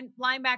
linebacker